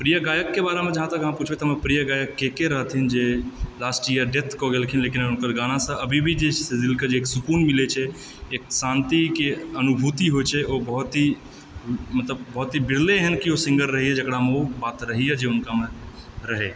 प्रिय गायक के बाला मे जहाँ तक हमरा पुछबै तऽ हमर प्रिय गायक के के रहथिन जे लास्ट ईयर डेथ कऽ गेलखिन लेकिन हमरा हुनकर गाना सभ अभी भी जे छै से एक सुकून मिलै छै एक शान्ति के अनुभूति होइ छै ओ बहुत हि मतलब बहुत ही बिड़ले एहन केओ सिङ्गर रहैए जकरा मे ओ बात रहैए जे हुनका मे रहै